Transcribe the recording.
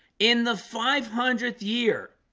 in the five hundredth year,